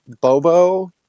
Bobo